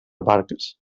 barques